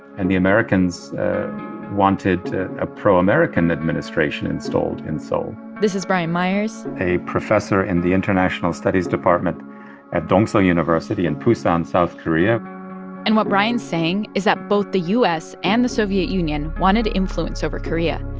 and the americans wanted a pro-american administration installed in seoul this is brian myers a professor in the international studies department at dongseo university in busan, south korea and what brian's saying is that both the u s. and the soviet union wanted influence over korea.